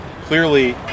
clearly –